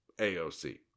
AOC